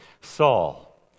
Saul